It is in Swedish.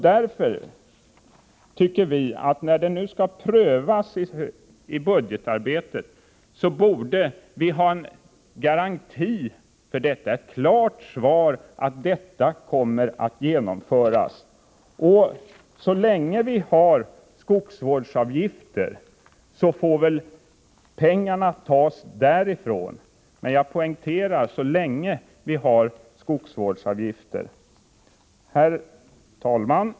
När frågan nu skall prövas i budgetarbetet, tycker vi att det borde ges klart besked om att en sådan försäkring också kommer att genomföras. Så länge vi har skogsvårdsavgifter får väl pengarna tas därifrån — men jag poängterar: så länge vi har skogsvårdsavgifter. Herr talman!